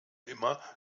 immer